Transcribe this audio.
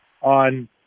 on